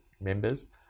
members